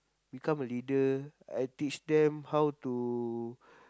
become a leader I teach them how to